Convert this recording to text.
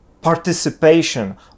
participation